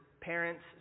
parents